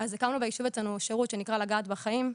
הקמנו אצלנו בישוב שירות שנקרא לגעת בחיים,